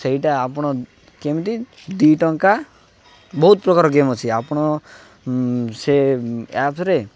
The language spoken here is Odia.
ସେଇଟା ଆପଣ କେମିତି ଦୁଇ ଟଙ୍କା ବହୁତ ପ୍ରକାର ଗେମ୍ ଅଛି ଆପଣ ସେ ଆପ୍ରେ